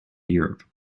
europe